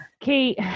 Kate